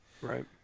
right